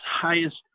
highest